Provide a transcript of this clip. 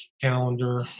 calendar